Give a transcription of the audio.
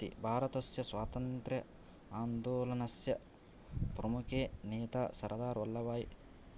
भारतस्य स्वातन्त्र्य आन्दोलनस्य प्रमुखनेता सरदारवल्लभभाई